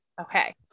Okay